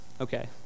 Okay